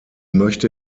möchte